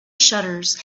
shutters